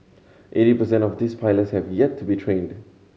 eighty percent of this pilots have yet to be trained